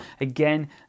Again